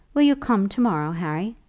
will you come to-morrow, harry?